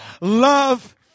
love